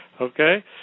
okay